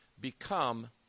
Become